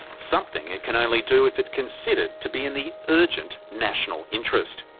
something it can only do if it's considered to be in the urgent national interest.